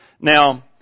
Now